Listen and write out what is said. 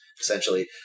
essentially